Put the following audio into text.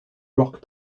rock